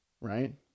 right